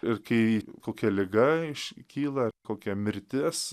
ir kai kokia liga iškyla kokia mirtis